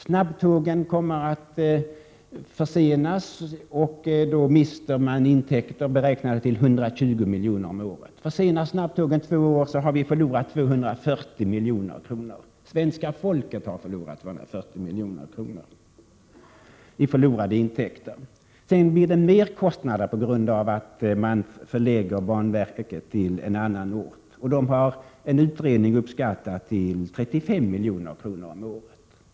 Snabbtågen kommer att försenas, och då mister SJ intäkter som beräknas till 120 milj.kr. om året. Försenas snabbtågen två år, har vi förlorat 240 milj.kr. — svenska folket har förlorat 240 milj.kr. — i uteblivna intäkter. Sedan blir det merkostnader på grund av att man förlägger banverket till en annan ort, och dessa har en utredning uppskattat till 35 milj.kr. om året.